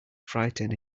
frighten